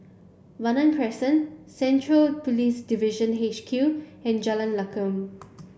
Vanda Crescent Central Police Division H Q and Jalan Lakum